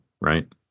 right